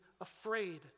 afraid